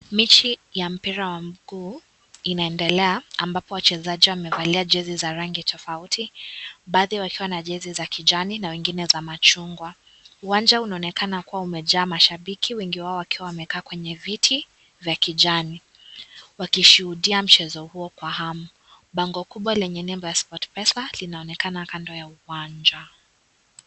Mechi ya mpira mikuu inaendelea ambapo wachezaji wamevaa jezi za rangi tofauti, baadhi wakiwa na jezi za kijani na wengine za machungwa. Uwanja unaonekana kuwa umejaa mashabiki wengi wao wakiwa wamekaa kwenye viti vya kijani, wakishuhudia mchezo huo kwa hamu. (Bangle) kubwa lenye mamba (sportpesa) linaonekana kando ya uwanja